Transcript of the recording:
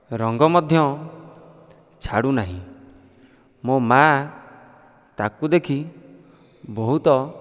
ରଙ୍ଗ ମଧ୍ୟ ଛାଡ଼ୁ ନାହିଁ ମୋ ମା' ତାକୁ ଦେଖି ବହୁତ